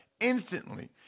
instantly